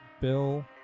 Bill